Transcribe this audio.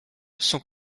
sont